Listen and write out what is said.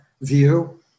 view